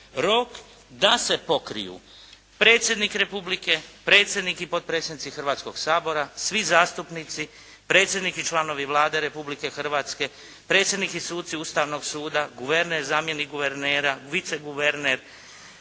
rok da se pokriju Predsjednik Republike, predsjednik i potpredsjednici Hrvatskoga sabora, svi zastupnici, predsjednik i članovi Vlade Republike Hrvatske, predsjednik i suci Ustavnog suda, guverner, zamjenik guvernera, viceguverner,